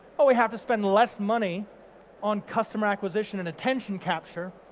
but we have to spend less money on customer acquisition and attention capture,